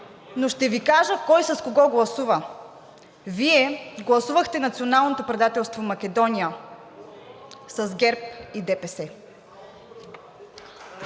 но ще Ви кажа кой с кого гласува. Вие гласувахте националното предателство Македония с ГЕРБ и ДПС.